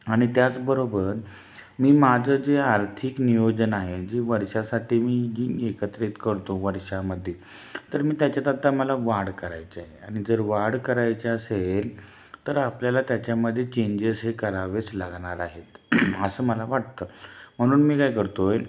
आणि त्याचबरोबर मी माझं जे आर्थिक नियोजन आहे जे वर्षासाठी मी जी एकत्रित करतो वर्षामध्ये तर मी त्याच्यात आत्ता मला वाढ करायची आहे आणि जर वाढ करायची असेल तर आपल्याला त्याच्यामध्ये चेंजेस हे करावेच लागणार आहेत असं मला वाटतं म्हणून मी काय करतो आहे